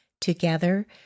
Together